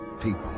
people